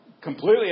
completely